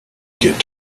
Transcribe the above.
get